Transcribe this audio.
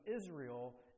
Israel